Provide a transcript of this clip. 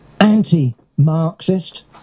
anti-Marxist